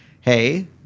Hey